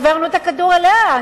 העברנו את הכדור אליה.